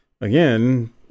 again